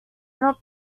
not